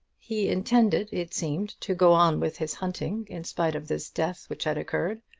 he intended, it seemed, to go on with his hunting in spite of this death which had occurred.